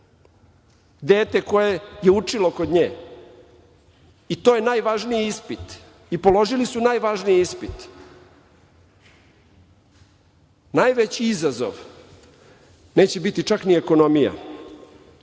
dete koje je učilo kod nje. To je najvažniji ispit. I položili su najvažniji ispit. Najveći izazov neće biti čak ni ekonomija,